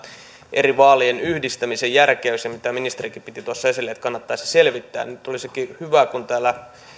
eri vaalien yhdistämisen järkevyydestä mitä ministerikin piti tuossa esillä että kannattaisi selvittää niin olisikin hyvä kun täällä